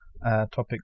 Topic